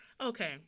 Okay